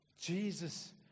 Jesus